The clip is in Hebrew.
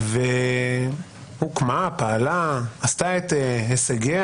והוקמה, פעלה ועשתה את הישגיה